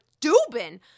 Dubin